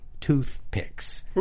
toothpicks